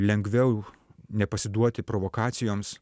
lengviau nepasiduoti provokacijoms